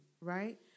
right